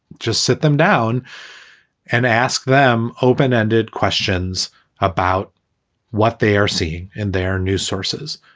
just sit them down and ask them open ended questions about what they are seeing in their news sources.